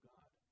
God